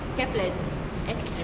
kaplan as